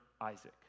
Isaac